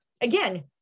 again